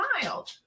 smiled